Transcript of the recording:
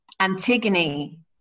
Antigone